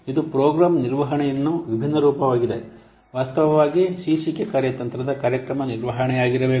ಇದು ಪ್ರೋಗ್ರಾಂ ನಿರ್ವಹಣೆಯ ವಿಭಿನ್ನ ರೂಪವಾಗಿದೆ ವಾಸ್ತವವಾಗಿ ಶೀರ್ಷಿಕೆ ಕಾರ್ಯತಂತ್ರದ ಕಾರ್ಯಕ್ರಮ ನಿರ್ವಹಣೆಯಾಗಿರಬೇಕು